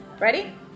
Ready